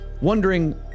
wondering